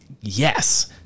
yes